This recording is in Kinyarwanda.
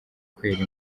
kwera